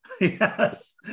Yes